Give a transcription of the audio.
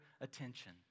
attention